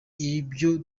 ibyo